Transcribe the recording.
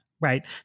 right